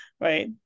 right